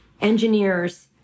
Engineers